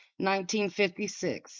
1956